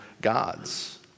God's